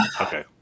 Okay